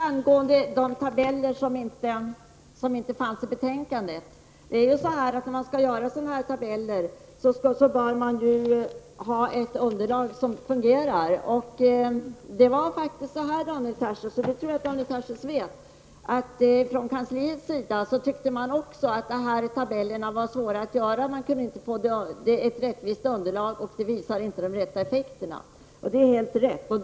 Fru talman! Först några ord angående de tabeller som inte finns i betänkandet. När man skall göra sådana tabeller som från början diskuterades bör man ha ett underlag som fungerar. Från kansliets sida tyckte man också — det tror jag att Daniel Tarschys vet — att de tabellerna var svåra att göra: Man kunde inte få fram ett rättvisande underlag, och de visade därför inte de rätta effekterna. Det är helt riktigt.